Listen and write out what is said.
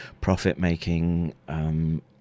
profit-making